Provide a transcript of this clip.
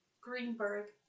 Greenberg